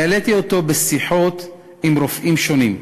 והעליתי אותו בשיחות עם רופאים שונים,